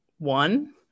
one